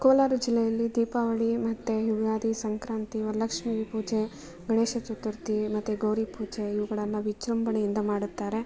ಕೋಲಾರ ಜಿಲ್ಲೆಯಲ್ಲಿ ದೀಪಾವಳಿ ಮತ್ತು ಯುಗಾದಿ ಸಂಕ್ರಾಂತಿ ವರಲಕ್ಷ್ಮಿ ಪೂಜೆ ಗಣೇಶ ಚತುರ್ಥಿ ಮತ್ತು ಗೌರಿ ಪೂಜೆ ಇವುಗಳನ್ನು ವಿಜೃಂಭಣೆಯಿಂದ ಮಾಡುತ್ತಾರೆ